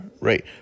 right